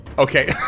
Okay